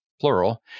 plural